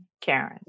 Karen